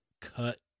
cut